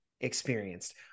experienced